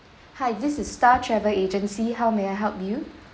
hi this is star travel agency how may I help you